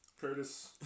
Curtis